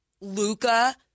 Luca